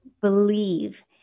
believe